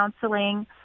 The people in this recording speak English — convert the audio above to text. counseling